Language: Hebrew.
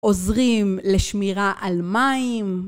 עוזרים לשמירה על מים.